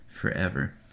forever